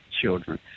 Children